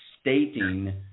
stating